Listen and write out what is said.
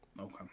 okay